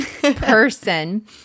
person